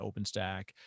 OpenStack